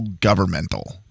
governmental